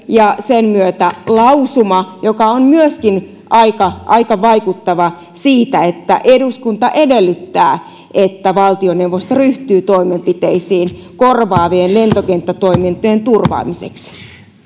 ja sen myötä lausuman joka on myöskin aika aika vaikuttava että eduskunta edellyttää että valtioneuvosto ryhtyy toimenpiteisiin korvaavien lentokenttätoimintojen turvaamiseksi